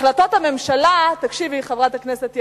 החלטות הממשלה" תקשיבי, חברת הכנסת יחימוביץ,